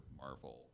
Marvel